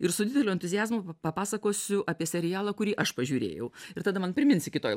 ir su dideliu entuziazmu papasakosiu apie serialą kurį aš pažiūrėjau ir tada man priminsi kitoj